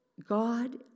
God